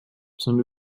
zum